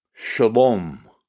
Shalom